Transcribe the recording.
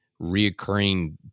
reoccurring